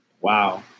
Wow